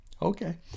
Okay